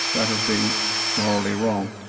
that of being morally wrong.